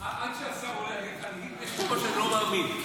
עד שהשר עולה, יש פה משהו שאני לא מאמין.